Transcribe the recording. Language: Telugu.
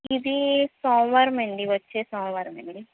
ఇదీ సోమవారం అండి వచ్చే సోమవారం అండి